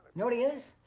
know what he is?